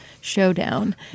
showdown